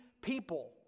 people